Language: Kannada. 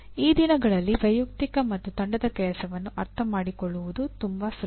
ಈ ದಿನಗಳಲ್ಲಿ ವೈಯಕ್ತಿಕ ಮತ್ತು ತಂಡದ ಕೆಲಸವನ್ನು ಅರ್ಥಮಾಡಿಕೊಳ್ಳುವುದು ತುಂಬಾ ಸುಲಭ